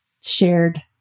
shared